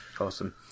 Awesome